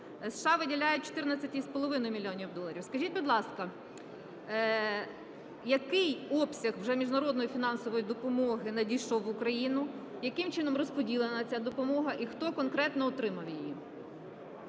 США виділяє 14,5 мільйонів доларів. Скажіть, будь ласка, який обсяг вже міжнародної фінансової допомоги надійшов в Україну? Яким чином розподілена ця допомога? І хто конкретно отримав її?